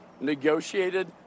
negotiated